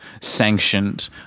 sanctioned